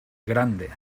grande